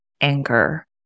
anger